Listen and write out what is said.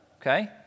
Okay